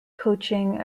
coaching